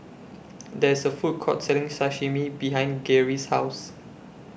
There's A Food Court Selling Sashimi behind Garey's House